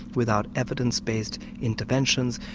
without evidence based interventions,